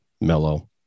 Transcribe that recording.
mellow